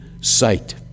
sight